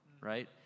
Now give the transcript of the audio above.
right